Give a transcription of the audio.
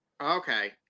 Okay